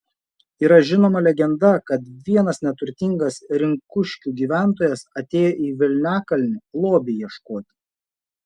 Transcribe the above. yra žinoma legenda kad vienas neturtingas rinkuškių gyventojas atėjo į velniakalnį lobio ieškoti